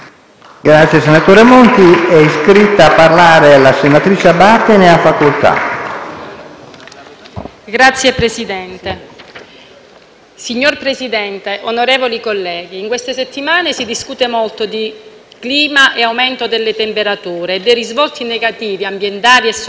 *(M5S)*. Signor Presidente, onorevoli colleghi, in queste settimane si discute molto di clima e aumento delle temperature e dei risvolti negativi, ambientali e sociali del problema. Una relazione speciale dell'IPCC, il Gruppo intergovernativo